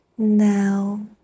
Now